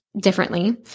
differently